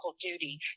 duty